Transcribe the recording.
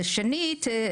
ושנית,